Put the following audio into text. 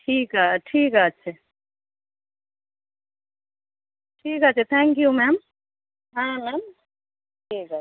ঠিক ঠিক আছে ঠিক আছে থ্যাংক ইউ ম্যাম হ্যাঁ ম্যাম ঠিক আছে